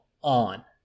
on